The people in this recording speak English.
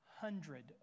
hundred